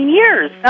years